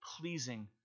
pleasing